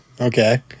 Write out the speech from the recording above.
Okay